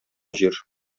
җир